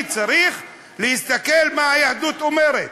אני צריך להסתכל מה היהדות אומרת.